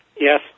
Yes